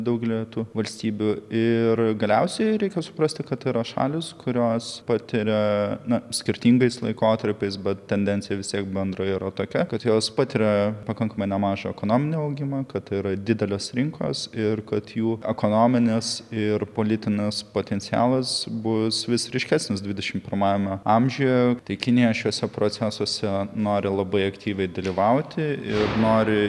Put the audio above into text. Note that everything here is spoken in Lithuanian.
daugelyje tų valstybių ir galiausiai reikia suprasti kad yra šalys kurios patiria na skirtingais laikotarpiais bet tendencija vis tiek bendra yra tokia kad jos patiria pakankamai nemažą ekonominį augimą kad yra didelės rinkos ir kad jų ekonominis ir politinis potencialas bus vis ryškesnis dvidešim pirmajame amžiuje tai kinija šiuose procesuose nori labai aktyviai dalyvauti ir nori